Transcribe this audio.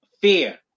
fear